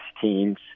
teams